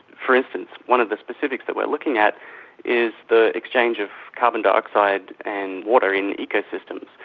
for instance, one of the specifics that we're looking at is the exchange of carbon dioxide and water in ecosystems.